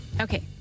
Okay